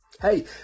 Hey